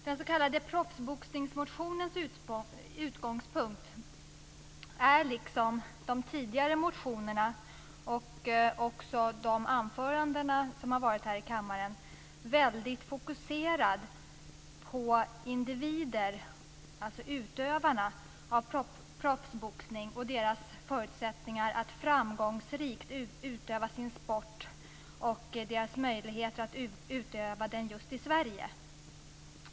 Den s.k. proffsboxningsmotionens utgångspunkt är, liksom de tidigare motionerna och även de anföranden som har hållits här i kammaren, väldigt fokuserad på individer, dvs. utövarna av proffsboxning och deras förutsättningar att framgångsrikt utöva sin sport samt deras möjligheter att utöva den just i Sverige.